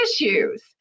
issues